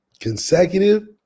Consecutive